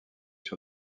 sur